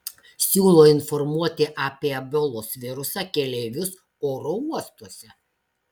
siūlo informuoti apie ebolos virusą keleivius oro uostuose